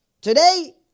Today